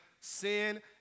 Sin